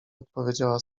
odpowiedziała